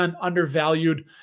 undervalued